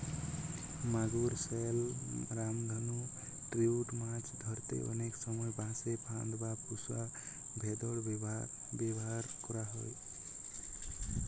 মাগুর, শল, রামধনু ট্রাউট মাছ ধরতে অনেক সময় বাঁশে ফাঁদ বা পুশা ভোঁদড় ব্যাভার করা হয়